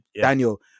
Daniel